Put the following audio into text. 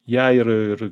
ją ir ir